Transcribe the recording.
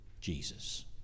Jesus